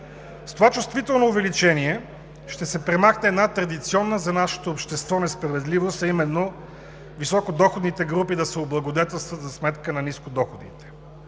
С това чувствително увеличение ще се премахне една традиционна за нашето общество несправедливост, а именно високо доходните групи да се облагодетелстват за сметка на ниско доходните.